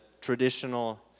traditional